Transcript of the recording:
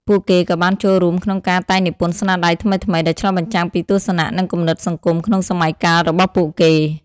ពួកគេក៏បានចូលរួមក្នុងការតែងនិពន្ធស្នាដៃថ្មីៗ ដែលឆ្លុះបញ្ចាំងពីទស្សនៈ និងគំនិតសង្គមក្នុងសម័យកាលរបស់ពួកគេ។